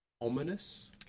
ominous